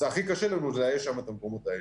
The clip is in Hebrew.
הכי קשה לנו לאייש את המקומות האלה.